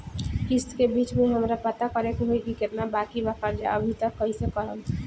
किश्त के बीच मे हमरा पता करे होई की केतना बाकी बा कर्जा अभी त कइसे करम?